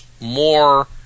more